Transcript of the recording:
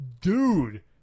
Dude